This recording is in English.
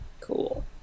Cool